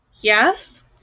Yes